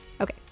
Okay